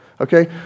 okay